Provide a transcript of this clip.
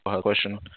question